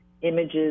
Images